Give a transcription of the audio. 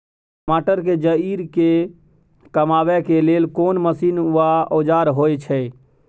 टमाटर के जईर के कमबै के लेल कोन मसीन व औजार होय छै?